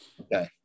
Okay